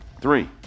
three